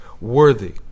worthy